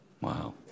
Wow